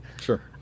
Sure